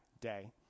day